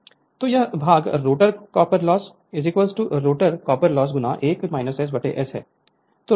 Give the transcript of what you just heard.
तो यह भाग rotor copper loss rotor copper loss 1 S S है